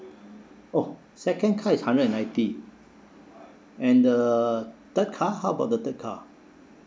oh second car is hundred and ninety and the third car how about the third car